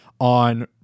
on